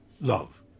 love